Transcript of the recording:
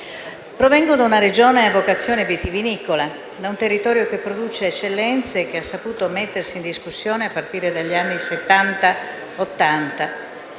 Provengo da una Regione a vocazione vitivinicola, da un territorio che produce eccellenze e che ha saputo mettersi in discussione a partire dagli anni